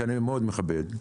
שאני מאוד מכבד.